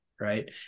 right